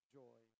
joy